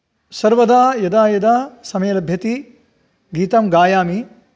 सर्वदा यदा यदा समयः लभ्यते गीतं गायामि